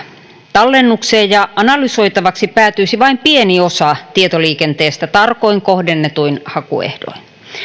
tallennukseen ja analysoitavaksi päätyisi vain pieni osa tietoliikenteestä tarkoin kohdennetuin hakuehdoin